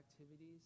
activities